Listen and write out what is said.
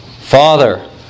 Father